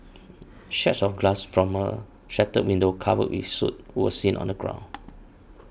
shards of glass from a shattered window covered with soot were seen on the ground